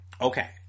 Okay